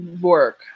work